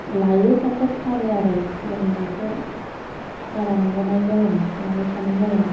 लायो थाब थाब फानो आरो बोरमाखौ बारा माबानाय जाया लाबाय थानाय जाया